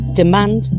demand